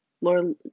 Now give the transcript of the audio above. lord